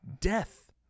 Death